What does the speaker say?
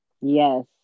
Yes